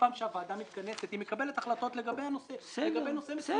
פעם שהוועדה מתכנסת היא מקבלת החלטות לגבי נושא מסוים.